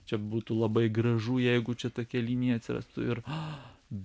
čia būtų labai gražu jeigu čia tokia linija atsirastų ir a